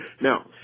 Now